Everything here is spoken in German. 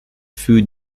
für